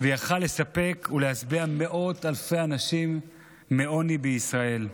ויכול היה לספק ולהשביע מאות אלפים שסובלים מעוני בישראל.